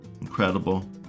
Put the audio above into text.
Incredible